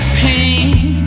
pain